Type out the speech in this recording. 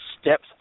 steps